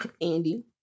Andy